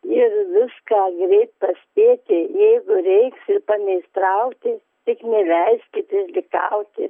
ir viską greit pas tėtį jeigu reiks ir pameistrauti tik neleiskit išdykauti